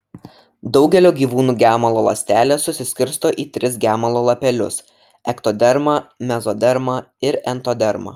daugelio gyvūnų gemalo ląstelės susiskirsto į tris gemalo lapelius ektodermą mezodermą ir entodermą